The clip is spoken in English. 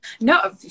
No